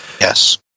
yes